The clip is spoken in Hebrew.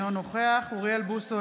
אינו נוכח אוריאל בוסו,